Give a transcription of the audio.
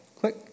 Click